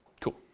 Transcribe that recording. Cool